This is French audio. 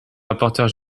rapporteur